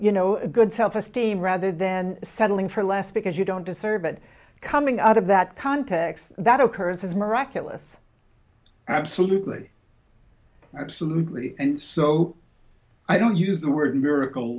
you know good self esteem rather than settling for less because you don't deserve it coming out of that context that occurs as miraculous absolutely absolutely and so i don't use the word miracle